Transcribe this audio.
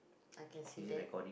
I can see that